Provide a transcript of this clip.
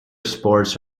sports